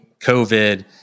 COVID